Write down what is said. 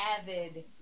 avid